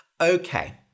Okay